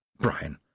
Brian